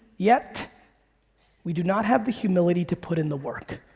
yet we do not have the humility to put in the work.